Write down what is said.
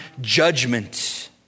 judgment